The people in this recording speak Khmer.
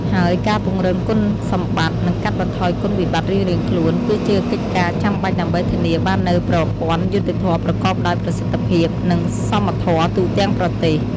ហើយការពង្រឹងគុណសម្បត្តិ និងកាត់បន្ថយគុណវិបត្តិរៀងៗខ្លួន គឺជាកិច្ចការចាំបាច់ដើម្បីធានាបាននូវប្រព័ន្ធយុត្តិធម៌ប្រកបដោយប្រសិទ្ធភាព និងសមធម៌ទូទាំងប្រទេស។